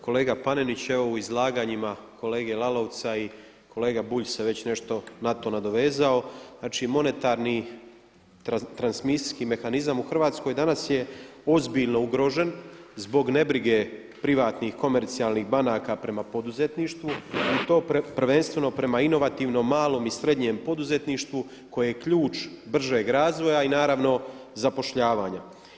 Kolega Panenić, evo u izlaganjima kolege Lalovca i kolega Bulj se nešto na to nadovezao, znači monetarni transmisijski mehanizam u Hrvatskoj danas je ozbiljno ugrožen zbog nebrige privatnih komercijalnih banaka prema poduzetništvu i to prvenstveno prema inovativnom, malom i srednjem poduzetništvu koje je ključ bržeg razvoja i zapošljavanja.